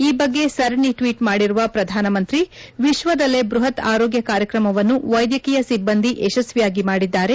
ಈ ಬಗ್ಗೆ ಸರಣಿ ಟ್ವೀಟ್ ಮಾಡಿರುವ ಪ್ರಧಾನಮಂತ್ರಿ ವಿಶ್ವದಲ್ಲೇ ಬ್ಬಹತ್ ಆರೋಗ್ಯ ಕಾರ್ಯಕ್ರಮವನ್ನು ವೈದ್ಯಕೀಯ ಸಿಬ್ಬಂದಿ ಯಶಸ್ವಿಯಾಗಿ ಮಾಡಿದ್ದಾರೆ